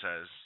says